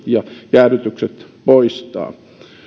ja jäädytykset poistaa